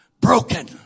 broken